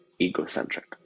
egocentric